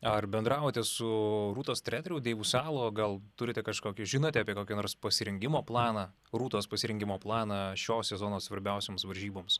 ar bendravote su rūtos treneriu deivu salo gal turite kažkokį žinote apie kokį nors pasirengimo planą rūtos pasirengimo planą šio sezono svarbiausioms varžyboms